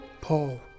Paul